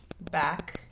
back